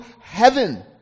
heaven